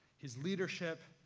his leadership,